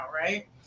right